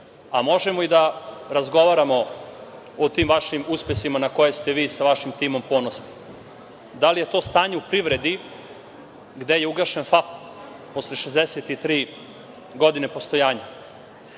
a možemo i da razgovaramo o tim vašim uspesima na koje ste vi sa vašim timom ponosni. Da li je to stanje u privredi gde je ugašen FAP posle 63 godine postojanja.